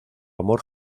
amor